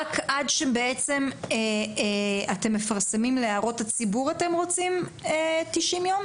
רק עד שאתם מפרסמים להערות הציבור אתם רוצים 90 יום?